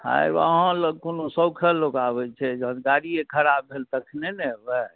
आब अहाँ लग कोने शौके लोक आबैत छै जखन गाड़ीए खराब भेल तखने ने एबै